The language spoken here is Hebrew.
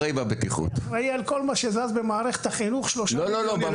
אני אחראי על כל מה שזז במערכת החינוך --- במכינה.